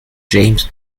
james